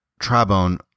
trabone